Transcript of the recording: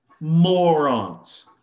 Morons